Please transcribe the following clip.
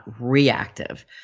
reactive